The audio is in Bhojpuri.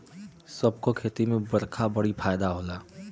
सब क खेती में बरखा बड़ी फायदा होला